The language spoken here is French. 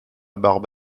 barbe